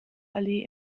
allee